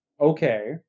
Okay